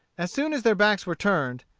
as soon as their backs were turned,